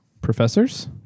Professors